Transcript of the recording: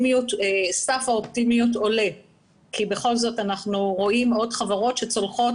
סף האופטימיות עולה כי בכל זאת אנחנו רואים עוד חברות שצולחות